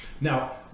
Now